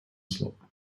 слова